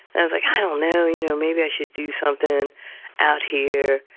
as like, i don't know, you know, maybe i should do something out here.